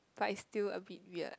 but it still a bit weird